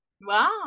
Wow